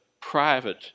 private